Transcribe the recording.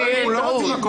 לא, אנחנו לא רוצים הכול.